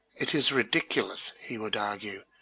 it is ridiculous, he would argue,